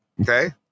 Okay